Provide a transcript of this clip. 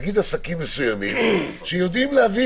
לעסקים פרטיים כמו גן ילדים שהוא עסק פרטי